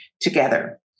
together